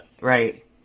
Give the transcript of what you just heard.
Right